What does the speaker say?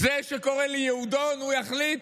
זה שקורא לי "יהודון" הוא יחליט?